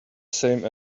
same